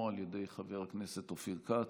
ידי חבר הכנסת אופיר כץ.